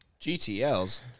GTLs